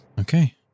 Okay